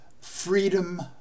Freedom